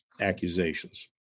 accusations